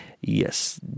Yes